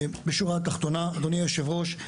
בשורה התחתונה אדוני היושב ראש,